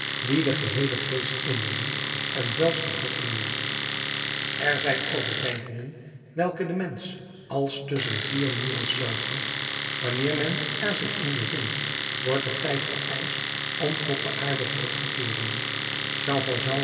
die den geheelen geest innemen en zelfs den blik boeien er zijn overdenkingen welke den mensch als tusschen vier muren sluiten wanneer men er zich in bevindt wordt er tijd vereischt om tot de aarde terug te keeren